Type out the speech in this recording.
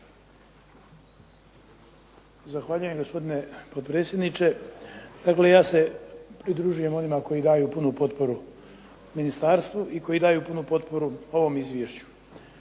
Zahvaljujem gospodine potpredsjedniče. Dakle, ja se pridružujem onima koji daju punu potporu ministarstvu i koji daju punu potporu ovom izvješću.